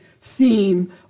theme